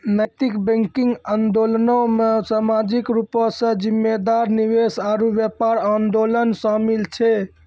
नैतिक बैंकिंग आंदोलनो मे समाजिक रूपो से जिम्मेदार निवेश आरु व्यापार आंदोलन शामिल छै